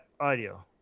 audio